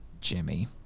Jimmy